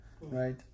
right